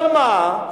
אבל מה?